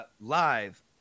Live